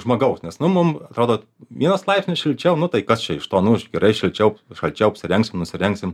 žmogaus nes nu mum atrodo vienas laipsnis šilčiau nu tai kas čia iš to nu ir gerai šilčiau šalčiau apsirengsim nusirengsim